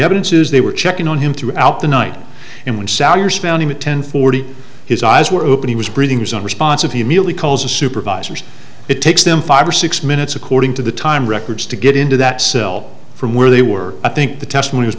evidence is they were checking on him throughout the night and when sauer spending the ten forty his eyes were open he was breathing was unresponsive he merely calls a supervisor and it takes them five or six minutes according to the time records to get into that cell from where they were i think the testimony was